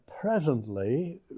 presently